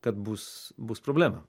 kad bus bus problemų